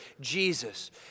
Jesus